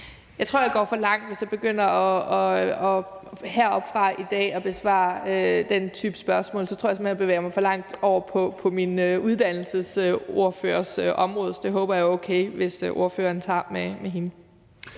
Jeg tror, jeg går for langt, hvis jeg begynder, heroppefra, i dag, at besvare den type spørgsmål; så tror jeg simpelt hen, jeg bevæger mig for langt over på min uddannelsesordførers område. Så jeg håber, det er okay, hvis ordføreren tager det med hende.